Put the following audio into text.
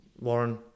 Warren